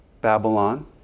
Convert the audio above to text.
Babylon